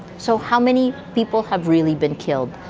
so how many people have really been killed?